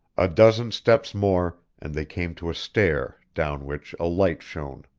a dozen steps more and they came to a stair down which a light shone.